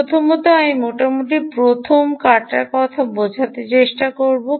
প্রথমত আমি মোটামুটি প্রথম কাটা বোঝার কথা বলব